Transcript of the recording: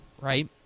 right